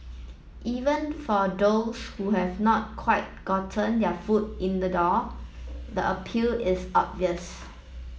even for those who have not quite gotten their foot in the door the appeal is obvious